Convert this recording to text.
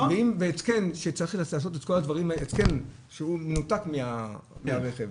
והתקן שהוא מנותק מהרכב,